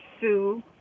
Sue